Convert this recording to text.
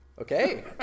Okay